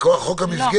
מכוח חוק המסגרת.